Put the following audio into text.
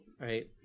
right